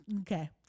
Okay